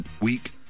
week